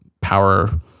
power